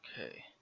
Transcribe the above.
Okay